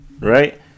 Right